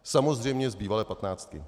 Samozřejmě z bývalé patnáctky.